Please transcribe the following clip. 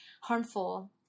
harmful